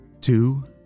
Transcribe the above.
two